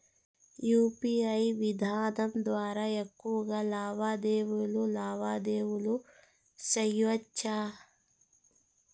UPI విధానం ద్వారా ఎక్కువగా లావాదేవీలు లావాదేవీలు సేయొచ్చా?